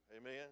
Amen